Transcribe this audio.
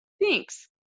Thanks